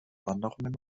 wanderungen